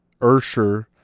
Ursher